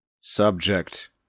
subject